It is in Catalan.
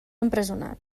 empresonat